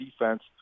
defense